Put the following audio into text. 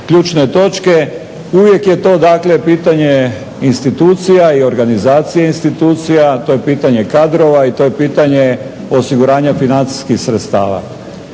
ključne točke. Uvijek je to pitanje institucija i organizacije institucija, to je pitanje kadrova i to je pitanje osiguranja financijskih sredstava.